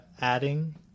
adding